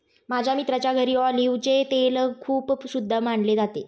माझ्या मित्राच्या घरी ऑलिव्हचे तेल खूप शुद्ध मानले जाते